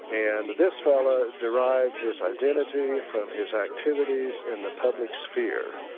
and this fellow derived his identity from his activities in the public sphere.